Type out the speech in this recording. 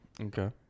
Okay